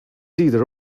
either